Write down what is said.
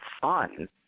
fun